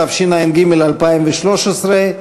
התשע"ג-2013,